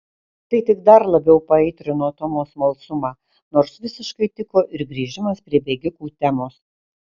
tai tik dar labiau paaitrino tomo smalsumą nors visiškai tiko ir grįžimas prie bėgikų temos